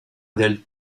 del